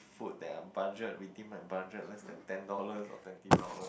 food that are budget within my budget less than ten dollars or twenty dollar